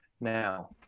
Now